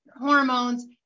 hormones